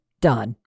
done